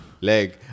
leg